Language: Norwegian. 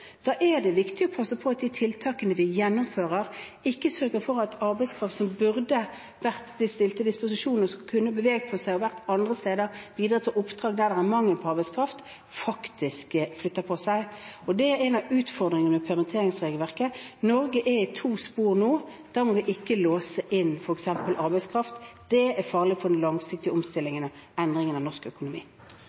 Da er det viktig å passe på at de tiltakene vi gjennomfører, sørger for at arbeidskraft som burde vært stilt til disposisjon, som kunne beveget på seg og vært andre steder og bidratt til oppdrag der det er mangel på arbeidskraft, faktisk flytter på seg. Det er en av utfordringene med permitteringsregelverket. Norge er i to spor nå. Da må vi ikke låse inn f.eks. arbeidskraft. Det er farlig for den langsiktige omstillingen og endringen av norsk økonomi.